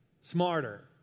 Smarter